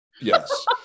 yes